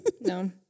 no